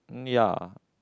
ya